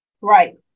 Right